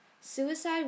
Suicide